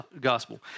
gospel